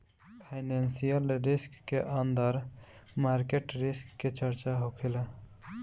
financial risk के अंदर market risk के चर्चा होखेला